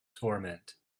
torment